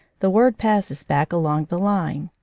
the word passes back along the line.